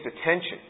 attention